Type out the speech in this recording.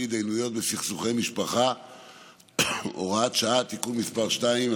התדיינויות בסכסוכי משפחה (הוראת שעה) (תיקון מס' 2),